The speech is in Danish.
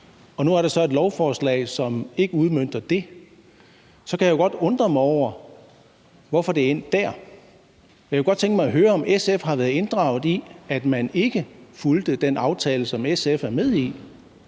og når der nu er et lovforslag, som ikke udmønter det, så kan jeg godt undre mig over, hvorfor det er endt dér. Jeg kunne godt tænke mig at høre, om SF har været inddraget i, at man ikke fulgte den aftale, som SF er med i.